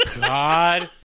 God